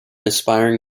aspiring